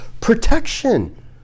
Protection